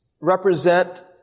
represent